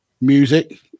Music